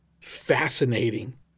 Fascinating